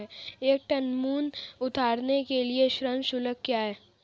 एक टन मूंग उतारने के लिए श्रम शुल्क क्या है?